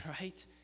Right